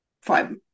five